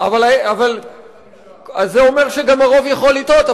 זה אומר שגם הרוב יכול לטעות,